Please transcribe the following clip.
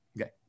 Okay